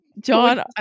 john